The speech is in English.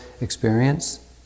experience